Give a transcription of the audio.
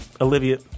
Olivia